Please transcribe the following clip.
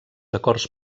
acords